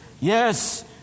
yes